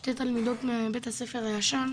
שתי תלמידות מבית הספר הישן,